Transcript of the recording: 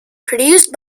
produced